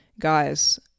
Guys